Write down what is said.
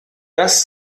das